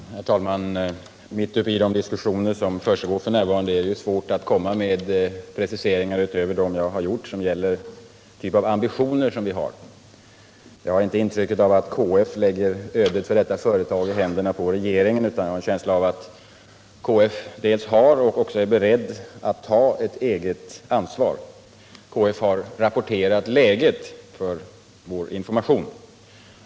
Herr talman! Mitt i de diskussioner som pågår f. n. är det svårt att komma med preciseringar utöver dem jag har gjort som gäller vilken typ av ambitioner vi har. Jag har inte intrycket att KF lägger ödet för detta företag i händerna på regeringen, utan att KF har ett ansvar och är beredd att ta detta ansvar. KF har rapporterat läget för vår information.